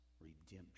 Redemption